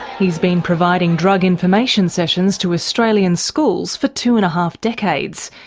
he's been providing drug information sessions to australian schools for two and a half decades.